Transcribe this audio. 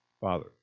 Father